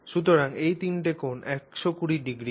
সুতরাং এই তিনটি কোণ 120o হয়